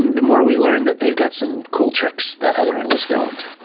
um the more we learn that they've got some cool tricks that other animals don't.